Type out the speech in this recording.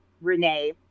renee